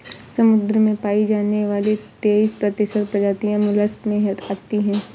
समुद्र में पाई जाने वाली तेइस प्रतिशत प्रजातियां मोलस्क में आती है